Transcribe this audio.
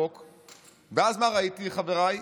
ואז מה ראיתי, חבריי?